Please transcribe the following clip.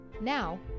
Now